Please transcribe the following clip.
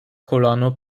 kolano